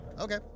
Okay